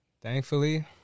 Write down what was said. Thankfully